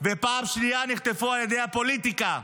ופעם שנייה נחטפו על ידי הפוליטיקה.